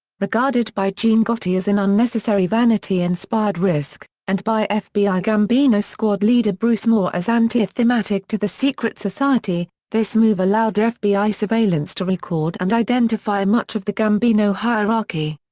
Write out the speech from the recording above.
regarded by gene gotti as an unnecessary vanity-inspired risk, and by fbi gambino squad leader bruce mouw as antithematic to the secret society, this move allowed ah fbi surveillance to record and identify much of the gambino hierarchy.